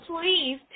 please